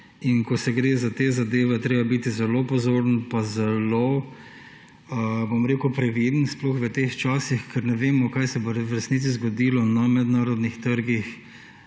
Ko gre za te zadeve, je treba biti zelo pozoren pa zelo previden, sploh v teh časih, ker ne vemo, kaj se bo v resnici zgodilo na mednarodnih trgih